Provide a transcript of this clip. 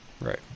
right